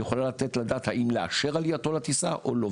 יכולה לתת את הדעת האם לאשר את עלייתו לטיסה או לא,